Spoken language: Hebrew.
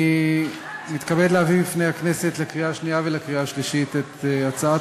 אני מתכבד להביא בפני הכנסת לקריאה שנייה ולקריאה שלישית את הצעת